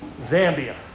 Zambia